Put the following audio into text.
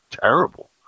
terrible